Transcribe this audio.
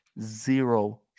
Zero